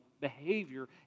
behavior